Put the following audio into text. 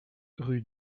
rue